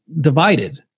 divided